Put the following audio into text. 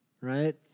right